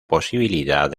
posibilidad